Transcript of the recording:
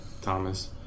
Thomas